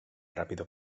rápido